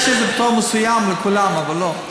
יש איזה פטור מסוים לכולם, אבל לא.